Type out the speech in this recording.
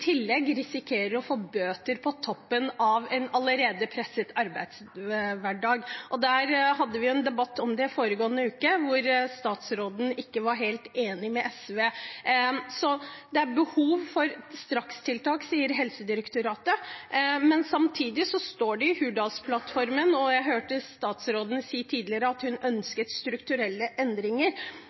tillegg risikerer å få bøter på toppen av en allerede presset arbeidshverdag. Vi hadde en debatt om det i foregående uke, hvor statsråden ikke var helt enig med SV. Det er behov for strakstiltak, sier Helsedirektoratet, men samtidig står det i Hurdalsplattformen – og jeg hørte også statsråden si det tidligere – at man ønsker strukturelle endringer.